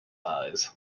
eyes